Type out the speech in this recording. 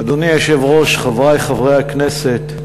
אדוני היושב-ראש, חברי חברי הכנסת,